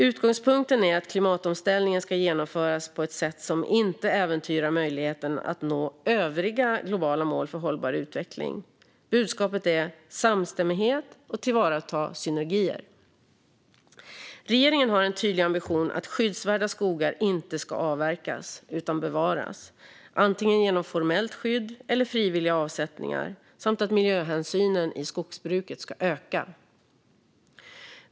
Utgångspunkten är att klimatomställningen ska genomföras på ett sätt som inte äventyrar möjligheten att nå övriga globala mål för hållbar utveckling. Budskapet är samstämmighet och att tillvarata synergier. Regeringen har en tydlig ambition om att skyddsvärda skogar inte ska avverkas utan bevaras, antingen genom formellt skydd eller genom frivilliga avsättningar, samt om att miljöhänsynen i skogsbruket ska öka.